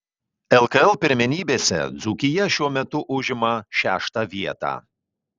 lkl pirmenybėse dzūkija šiuo metu užima šeštą vietą